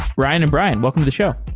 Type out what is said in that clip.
ryan and brian, welcome to the show.